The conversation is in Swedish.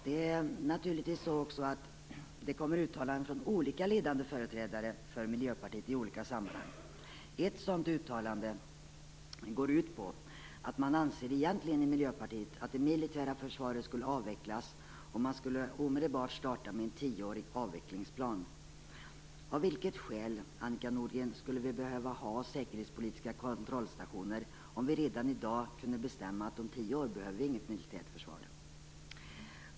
Det kommer i olika sammanhang uttalanden från olika ledande företrädare för Miljöpartiet. Ett sådant uttalande går ut på, enligt vad man i Miljöpartiet egentligen anser, att det militära försvaret skall avvecklas och att man omedelbart skall starta med en tioårig avvecklingsplan. Av vilket skäl, Annika Nordgren, skulle vi behöva ha säkerhetspolitiska kontrollstationer om vi redan i dag kunde bestämma att vi om tio år inte behöver något militärt försvar?